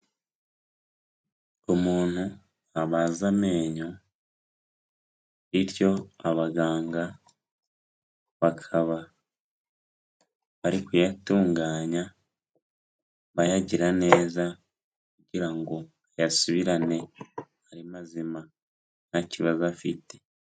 Umuntu babaza amenyo bityo abaganga bakaba bari kuyatunganya bayagira neza kugira ngo ayasubirane ari mazima nta kibazo afite.